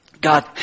God